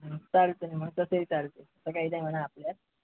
चालतं आहे मग तसंही चाललं आहे तसं काही नाही म्हणा आपल्यात